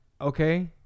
okay